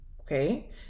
okay